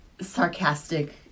sarcastic